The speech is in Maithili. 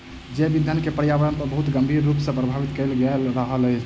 जैव ईंधन के पर्यावरण पर बहुत गंभीर रूप सॅ प्रभावित कय रहल अछि